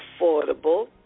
affordable